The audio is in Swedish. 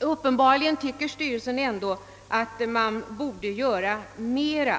uppenbarligen tycker socialstyrelsen ändå att man bör göra mera.